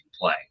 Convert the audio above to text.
play